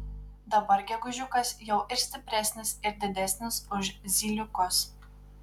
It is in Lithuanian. dabar gegužiukas jau ir stipresnis ir didesnis už zyliukus